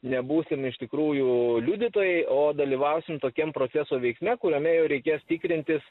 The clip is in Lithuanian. nebūsim iš tikrųjų liudytojai o dalyvausim tokiam proceso veiksme kuriame jau reikės tikrintis